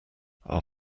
our